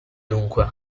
dunque